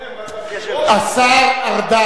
בחירות, השר ארדן,